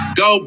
go